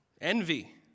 envy